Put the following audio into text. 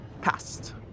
passed